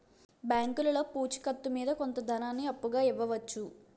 బ్యాంకులో పూచి కత్తు మీద కొంత ధనాన్ని అప్పుగా ఇవ్వవచ్చు